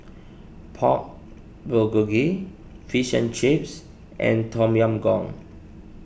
Pork Bulgogi Fish and Chips and Tom Yam Goong